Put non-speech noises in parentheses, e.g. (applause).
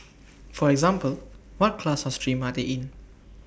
(noise) for example what class or stream are they in